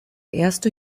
erste